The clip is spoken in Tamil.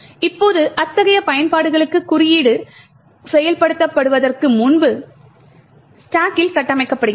இப்போது அத்தகைய பயன்பாடுகளுக்கு குறியீடு செயல்படுத்தப்படுவதற்கு முன்பு ஸ்டாக்கில் கட்டமைக்கப்படுகிறது